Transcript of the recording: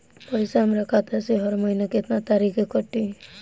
पैसा हमरा खाता से हर महीना केतना तारीक के कटी?